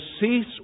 cease